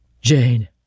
Jane